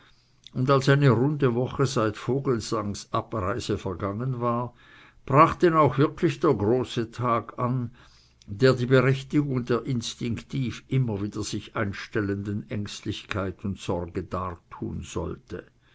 und als eine runde woche seit vogelsangs abreise vergangen war brach denn auch wirklich der große tag an der die berechtigung der instinktiv immer wieder sich einstellenden ängstlichkeit und sorge dartun sollte